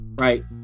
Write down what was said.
right